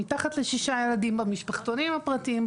מתחת לשישה ילדים במשפחתונים הפרטיים,